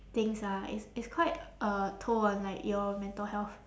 things ah it's it's quite a toll on like your mental health